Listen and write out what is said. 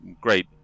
great